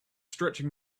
stretching